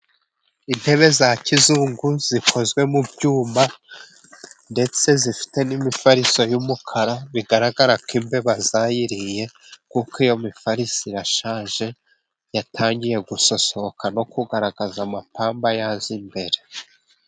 Intebe za kizungu zikozwe mu byuma, ndetse zifite n'imifariso y'umukara, bigaragara ko imbeba zayiriye, kuko iyo mifariso, irashaje yatangiye gusosoka, no kugaragaza amapamba yazo imbere.